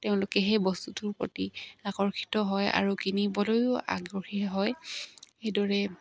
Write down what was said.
তেওঁলোকে সেই বস্তুটোৰ প্ৰতি আকৰ্ষিত হয় আৰু কিনিবলৈও আগ্ৰহী হয় সেইদৰে